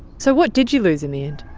so what did you lose in the end?